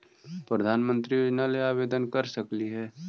प्रधानमंत्री योजना ला आवेदन कर सकली हे?